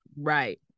Right